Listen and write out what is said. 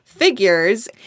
figures